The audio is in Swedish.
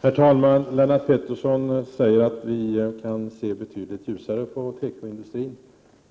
Herr talman! Lennart Pettersson säger att vi kan se betydligt ljusare på tekoindustrin.